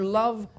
love